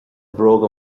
bróga